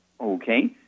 Okay